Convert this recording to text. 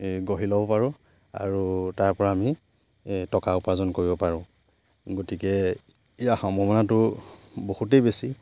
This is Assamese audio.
গঢ়ি ল'ব পাৰোঁ আৰু তাৰ পৰা আমি টকা উপাৰ্জন কৰিব পাৰোঁ গতিকে ইয়াৰ সম্ভাৱনাটো বহুতেই বেছি